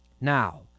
Now